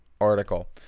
article